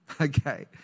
Okay